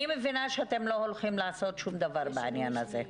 אני מבינה שאתם לא הולכים לעשות שום דבר בעניין הזה.